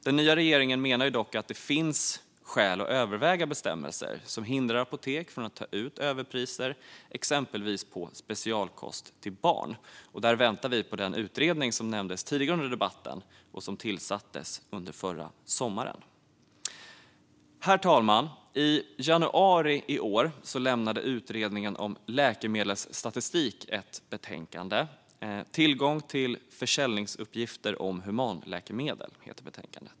Den nya regeringen menar dock att det finns skäl att överväga bestämmelser som hindrar apotek från att ta ut överpriser, exempelvis när det gäller specialkost till barn, och där väntar vi på den utredning som nämndes tidigare under debatten och som tillsattes förra sommaren. Herr talman! I januari i år lämnade Utredningen om läkemedelsstatistik ett betänkande som heter Tillgång till försäljningsuppgifter om human läkemedel .